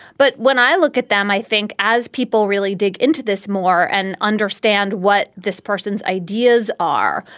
but when i look at them, i think as people really dig into this more and understand what this person's ideas are,